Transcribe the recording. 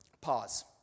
Pause